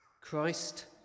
Christ